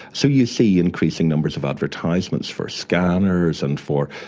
so you see increasing numbers of advertisements for scanners and for,